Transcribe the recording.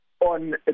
on